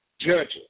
judges